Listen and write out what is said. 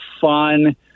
fun